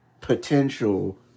potential